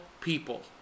people